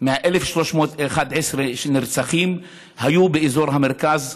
מ-1,311 הנרצחים היו באזור המרכז,